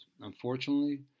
unfortunately